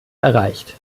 erreicht